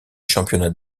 championnat